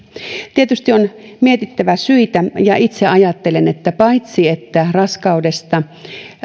tietysti on mietittävä syitä ja itse ajattelen että paitsi että raskaudesta